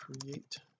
create